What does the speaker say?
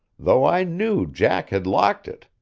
though i knew jack had locked it.